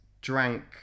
drank